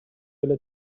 эле